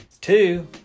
Two